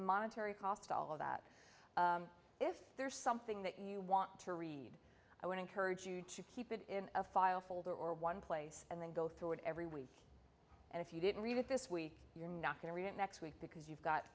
monetary cost to all of that if there's something that you want to read i want encourage you to keep it in a file folder or one place and then go through it every week and if you didn't read it this week you're not going to read it next week because you've got